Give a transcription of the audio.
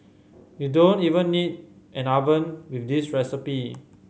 you don't even need an oven with this recipe